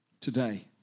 today